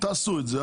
תעשו את זה.